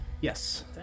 Yes